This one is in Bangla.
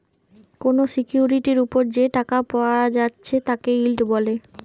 কোনো সিকিউরিটির উপর যে টাকা পায়া যাচ্ছে তাকে ইল্ড বলে